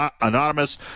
Anonymous